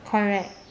correct